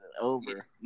over